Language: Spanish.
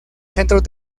centros